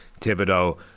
Thibodeau